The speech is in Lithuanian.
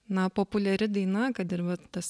na populiari daina kad ir vat tas